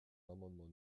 l’amendement